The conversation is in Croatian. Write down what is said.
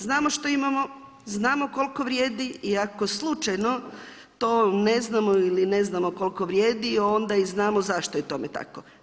Znamo što imamo, znamo koliko vrijedi i ako slučajno to ne znamo ili ne znamo koliko vrijedi onda i znamo zašto je tome tako.